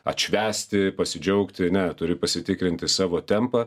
atšvęsti pasidžiaugti ne turi pasitikrinti savo tempą